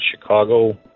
Chicago